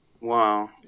Wow